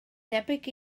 debyg